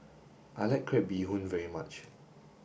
I like Crab Bee Hoon very much